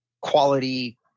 quality